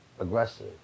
aggressive